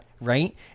Right